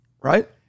Right